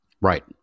Right